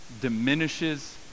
diminishes